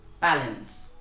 balance